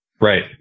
Right